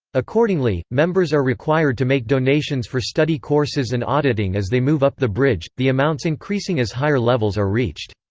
accordingly, members are required to make donations for study courses and auditing as they move up the bridge, the amounts increasing as higher levels are reached.